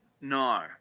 No